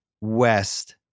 West